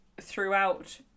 throughout